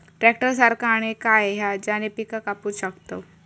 Tractor सारखा आणि काय हा ज्याने पीका कापू शकताव?